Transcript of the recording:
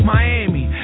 Miami